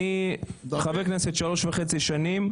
אני חבר כנסת 3.5 שנים.